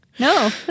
No